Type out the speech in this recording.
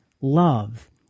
love